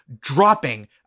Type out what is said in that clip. dropping